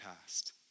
past